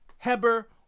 Heber